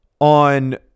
on